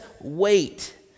wait